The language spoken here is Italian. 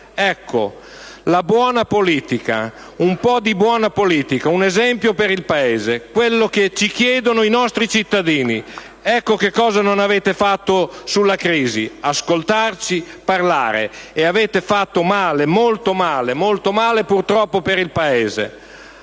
è la buona politica, un po' di buona politica, un esempio per il Paese, quello che ci chiedono i nostri cittadini. *(Applausi dal Gruppo PD)*. Ecco che cosa non avete fatto sulla crisi: ascoltarci, parlare. E avete fatto male, molto male, purtroppo per il Paese.